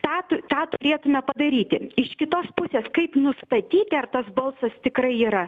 tą tu tą turėtume padaryti iš kitos pusės kaip nustatyti ar tas balsas tikrai yra